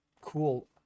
cool